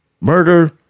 murder